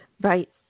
Right